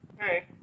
Hey